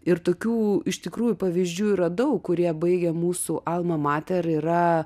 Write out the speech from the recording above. ir tokių iš tikrųjų pavyzdžių yra daug kurie baigia mūsų alma mater yra